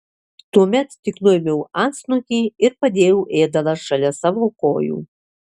tuomet tik nuėmiau antsnukį ir padėjau ėdalą šalia savo kojų